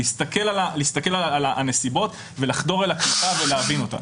להסתכל על הנסיבות ולחדור אל הקליפה ולהבין אותה.